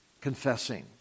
Confessing